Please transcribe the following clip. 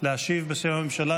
להשיב בשם הממשלה.